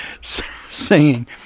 singing